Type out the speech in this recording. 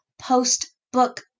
post-book